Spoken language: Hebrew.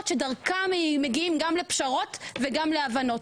שדרכן מגיעים גם לפשרות וגם להבנות.